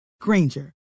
Granger